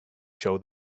show